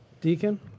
Deacon